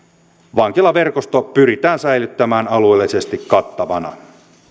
vankilaverkosto pyritään säilyttämään alueellisesti kattavana